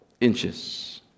inches